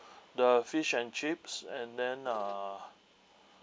the fish and chips and then uh